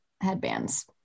headbands